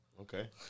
Okay